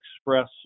express